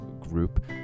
group